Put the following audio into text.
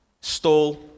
stole